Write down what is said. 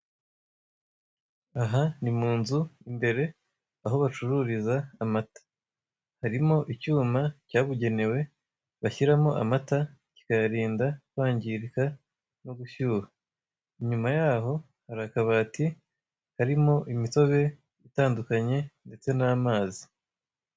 Aha ni mu nzu imbere, aho bacururiza amata. Harimo icyuma cyabugenewe bashyiramo amata kikayarinda kwangirika no gushyuha; inyuma ya ho hari akabati karimo imitobe itandukanye ndetse n'amazi.